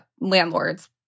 landlords